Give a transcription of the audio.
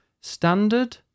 standard